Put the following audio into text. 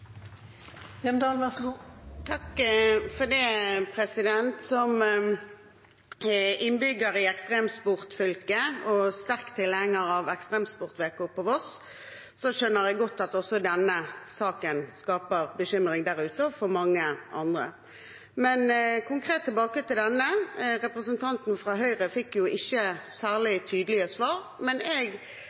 Som innbygger i ekstremsportfylket og sterk tilhenger av Ekstremsportveko på Voss skjønner jeg godt at denne saken skaper bekymring der ute og for mange andre også. Konkret tilbake til denne: Representanten fra Høyre fikk ikke særlig tydelige svar, men jeg